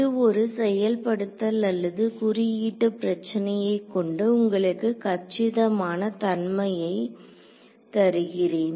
இது ஒரு செயல்படுத்தல் அல்லது குறியீட்டு பிரச்சினையை கொண்டு உங்களுக்கு கச்சிதமான தன்மையை தருகிறேன்